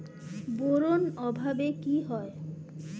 Boron অভাবে কি হয়?